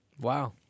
Wow